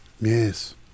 Yes